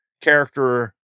character